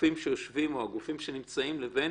הגופים שיושבים או הגופים שנמצאים לבין